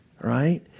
right